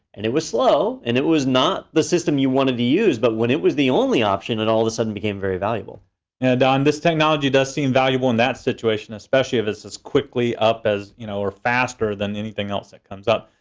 and it was slow and it was not the system you wanted to use. but when it was the only option, it and all of a sudden became very valuable. and don, this technology does seem valuable in that situation, especially if it's as quickly up as you know or faster than anything else that comes up.